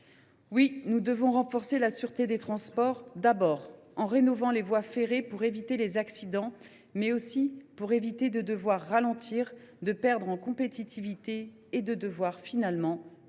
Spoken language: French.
Oui, il faut renforcer la sûreté des transports, et d’abord en rénovant les voies ferrées pour éviter les accidents, mais aussi pour ne pas avoir à ralentir, à perdre en compétitivité et à devoir finalement fermer